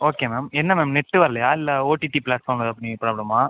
okay ma'am என்ன ma'am net வரலையா இல்ல ஓடிடி ப்ளாட்ஃபார்மில் ஏதாவது ப்ராப்ளமா